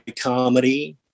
comedy